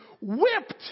whipped